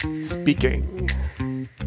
speaking